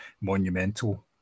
monumental